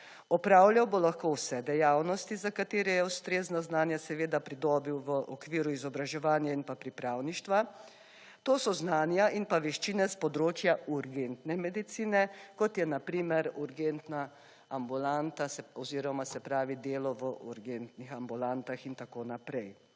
Opravljal bo lahko vse dejavnosti za katere je ustrezno znanje seveda pridobil v okviru izobraževanja in pa pripravništva, to so znanja in pa veščine s področja urgentne medicine kot je na primer urgentna ambulanta oziroma delo v urgentnih ambulantah itn.